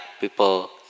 people